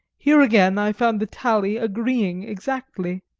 here again i found the tally agreeing exactly